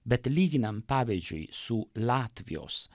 bet lyginam pavyzdžiui su latvijos